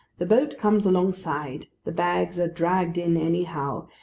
the boat comes alongside the bags are dragged in anyhow,